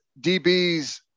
DBs